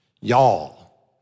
Y'all